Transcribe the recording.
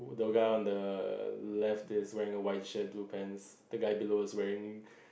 yoga on the left is wearing a white shirt blue pants the guy below is wearing